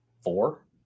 four